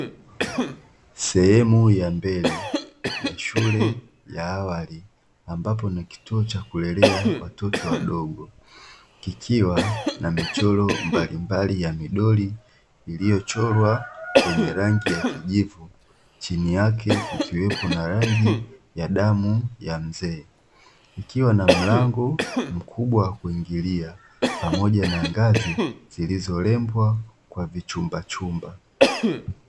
Sehemu ya mbele ya shule ya awali ambapo ni kituo cha kulelea watoto wadogo, kikiwa na michoro mbalimbali ya midoli iliyochorwa kwenye rangi ya kijivu, chini yake kukiwepo na rangi ya damu ya mzee, ikiwa na mlango mkubwa wa kuingilia pamoja na ngazi zilizorembwa kwa vichumba chumba.